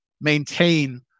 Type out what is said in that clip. maintain